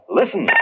listen